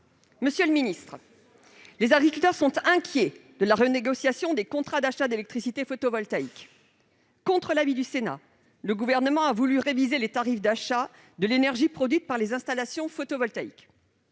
et de l'alimentation. Les agriculteurs sont inquiets de la renégociation des contrats d'achat d'électricité photovoltaïque. Contre l'avis du Sénat, le Gouvernement a voulu réviser les tarifs d'achat de l'énergie produite par les installations photovoltaïques.